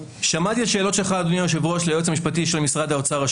שמעתי את השאלות שלך אדוני היושב ראש ליועץ המשפטי של משרד האוצר.